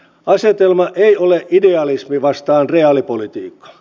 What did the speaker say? asetelma ei ole idealismi vastaan reaalipolitiikka